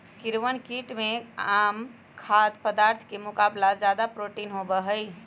कीड़वन कीट में आम खाद्य पदार्थ के मुकाबला ज्यादा प्रोटीन होबा हई